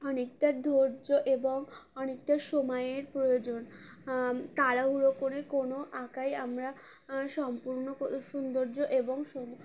অনেকটা ধৈর্য এবং অনেকটা সময়ের প্রয়োজন তাড়াহুড়ো করে কোনো আঁকায় আমরা সম্পূর্ণ সৌন্দর্য এবং সম